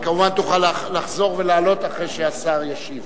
כמובן, תוכל לחזור ולעלות אחרי שהשר ישיב.